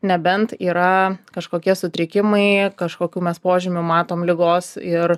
nebent yra kažkokie sutrikimai kažkokių mes požymių matom ligos ir